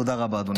תודה רבה, אדוני.